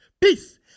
peace